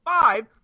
five